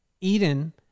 Eden